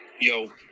Yo